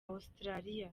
australia